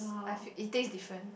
I feel it taste different